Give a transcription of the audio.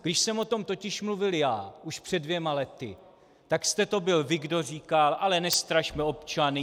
Když jsem o tom totiž mluvil já už před dvěma lety, tak jste to byl vy, kdo říkal: Ale nestrašme občany.